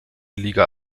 liga